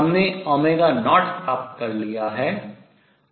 हमने 0 प्राप्त कर लिया है